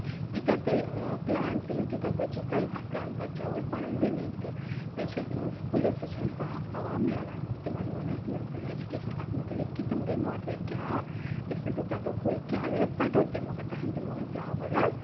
ییٖتیٛاہ تُہۍ پٔلانٛٹ رُوِیٚو تیوٗتاہ بٔچِو تُہۍ اکھ بَچاوو أسۍ پَنٕنۍ زٔمیٖن تہِ بیٚیہِ چھُ اَسہِ یِمو سۭتۍ کُلیو سۭتۍ چھُ اَسہِ صاف ہوا میلان تِمن ووٚن اَسہِ تِمن دِژ اَسہِ اَیٚجُوکیشَن اَتھ مُتعلِق کہِ تِم گٔے ماٹِوَیٹ کہِ آ أسۍ نہٕ سۄ ژَٹو کُلۍ کیٚنٛہہ اَگر أسۍ ژَٹو تہِ مَگر تہندۍ دِمو أسۍ بیٛاو بَدل